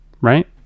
Right